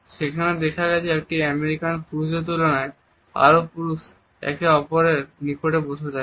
যেখানে দেখা গেছে যে আমেরিকান পুরুষদের তুলনায় আরব পুরুষরা একে অপরের নিকটে বসে থাকে